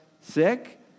sick